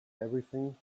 everything